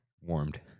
Warmed